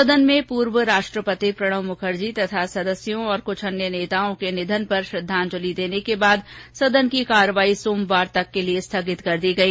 सदन में पूर्व राष्ट्रपति प्रणब मुखर्जी तथा सदस्यों और कुछ अन्य नेताओं के निधन पर उन्हें श्रद्वांजलि देने के बाद सदन की कार्यवाही सोमवार तक स्थगित कर दी गई